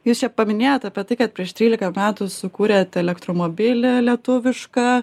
jūs čia paminėjot apie tai kad prieš trylika metų sukūrėt elektromobilį lietuvišką